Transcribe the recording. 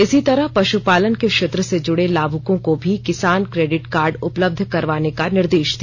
इसी तरह पशुपालन के क्षेत्र से जुड़े लाभुकों को भी किसान क्रेडिट कार्ड उपलब्ध करवाने का निर्देश दिया